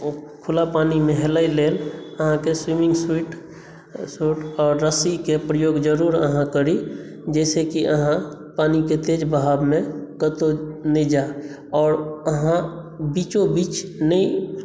ओ खुला पानीमे हेलय लेल आहाँकेँ स्वीमिंग शूट सेहो आ रस्सीकेँ प्रयोग जरुर आहाँ करी जाहिसॅं कि आहाँ पानीके तेज बहावमे कतौ नहि जाइ आओर आहाँ बीचोबीच नहि